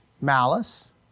malice